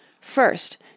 First